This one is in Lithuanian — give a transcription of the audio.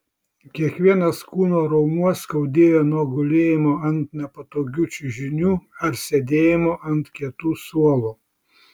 kiekvienas kūno raumuo skaudėjo nuo gulėjimo ant nepatogių čiužinių ar sėdėjimo ant kietų suolų